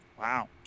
Wow